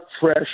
fresh